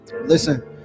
Listen